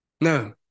No